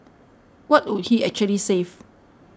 what would he actually save